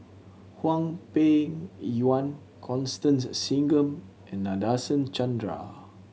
Hwang Peng Yuan Constance Singam and Nadasen Chandra